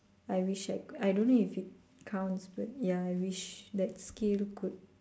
I wish I I don't know if it counts but ya I wish that skill could